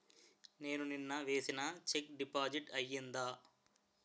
నేను నిన్న వేసిన చెక్ డిపాజిట్ అయిందా?